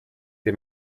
die